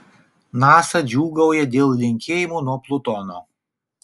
nasa džiūgauja dėl linkėjimų nuo plutono